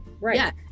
Right